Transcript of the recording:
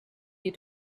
you